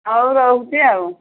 ହଉ ରହୁଛି ଆଉ